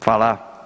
Hvala.